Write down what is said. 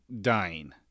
dying